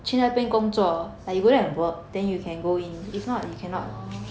orh